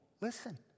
Listen